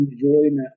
enjoyment